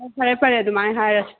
ꯍꯣꯏ ꯐꯔꯦ ꯐꯔꯦ ꯑꯗꯨꯃꯥꯏꯅ ꯍꯥꯏꯔꯁꯤ